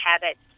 habits